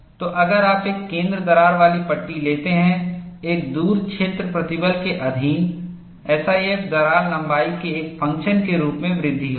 तो अगर आप एक केंद्र दरार वाली पट्टी लेते हैं एक दूर क्षेत्र प्रतिबल के अधीन SIF दरार लंबाई के एक फंक्शन के रूप में वृद्धि होगी